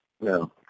No